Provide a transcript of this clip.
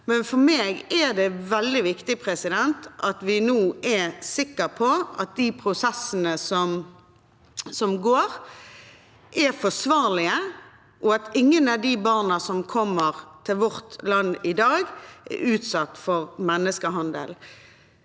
men for meg er det veldig viktig at vi nå er sikre på at prosessene er forsvarlige, og at ingen av de barna som kommer til vårt land i dag, er utsatt for menneskehandel.